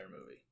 movie